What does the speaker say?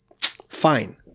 fine